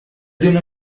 دونه